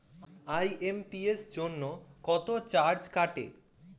IMPS জন্য কত charge কাটে?